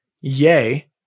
yay